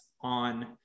on